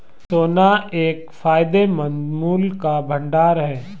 सोना एक फायदेमंद मूल्य का भंडार है